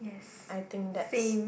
I think that's